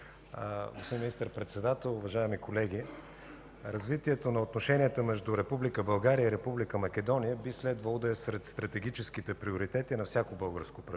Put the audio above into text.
Господин Министър-председател, уважаеми колеги! Развитието на отношенията между Република България и Република Македония би следвало да е сред стратегическите приоритети на всяко българско правителство.